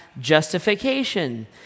justification